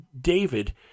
David